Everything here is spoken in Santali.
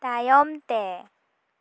ᱛᱟᱭᱚᱢᱛᱮ